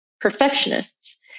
perfectionists